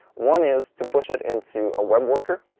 one is to push it into a web worker.